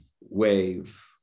wave